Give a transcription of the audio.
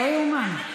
לא יאומן.